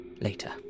Later